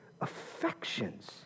affections